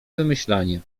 wymyślanie